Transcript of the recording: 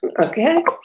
okay